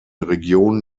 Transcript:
regionen